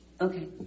Okay